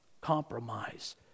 compromise